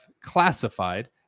classified